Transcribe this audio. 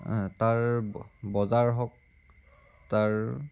তাৰ বজাৰ হওক তাৰ